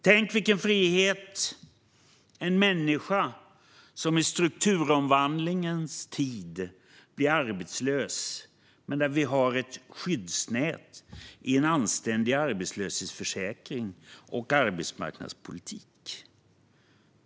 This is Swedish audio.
Tänk vilken frihet det är för en människa som i strukturomvandlingens tid blir arbetslös att vi har ett skyddsnät i en anständig arbetslöshetsförsäkring och arbetsmarknadspolitik!